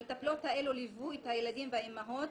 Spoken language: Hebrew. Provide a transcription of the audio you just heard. המטפלות האלו ליוו את הילדים והאימהות